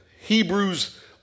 Hebrews